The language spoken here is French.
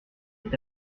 est